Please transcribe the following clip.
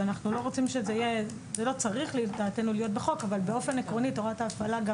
זה לא צריך לדעתנו להיות בחוק אבל באופן עקרוני תורת ההפעלה גם